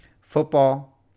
Football